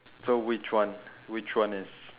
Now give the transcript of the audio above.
so which one which one is